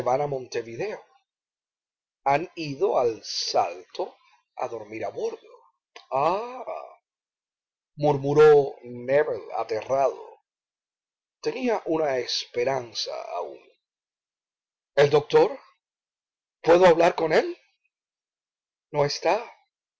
montevideo han ido al salto a dormir abordo ah murmuró nébel aterrado tenía una esperanza aún el doctor puedo hablar con él no está